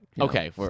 Okay